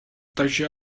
takže